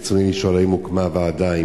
ברצוני לשאול: 1. האם הוקמה ועדה?